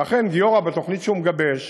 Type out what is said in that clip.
ואכן, גיורא, בתוכנית שהוא מגבש,